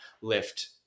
lift